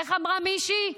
איך אמרה מישהי?